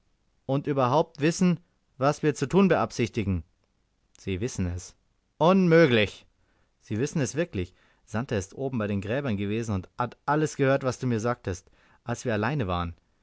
und überhaupt wissen was wir zu tun beabsichtigten sie wissen es unmöglich sie wissen es wirklich santer ist oben bei den gräbern gewesen und hat alles gehört was du mir sagtest als wir allein waren